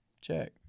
Check